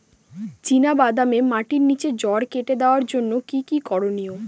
চিনা বাদামে মাটির নিচে জড় কেটে দেওয়ার জন্য কি কী করনীয়?